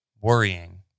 worrying